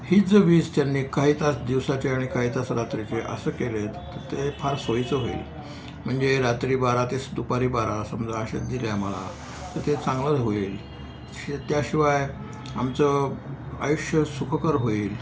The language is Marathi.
हीच जर वीज त्यांनी काही तास दिवसाचे आणि काही तास रात्रीचे असं केलेत तर ते फार सोयीचं होईल म्हणजे रात्री बारा तेच दुपारी बारा समजा अशा दिले आम्हाला तर ते चांगलंच होईल श त्याशिवाय आमचं आयुष्य सुखकर होईल